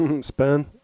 spin